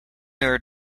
were